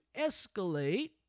escalate